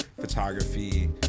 photography